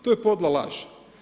To je podla laž.